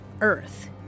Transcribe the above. Earth